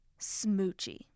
smoochy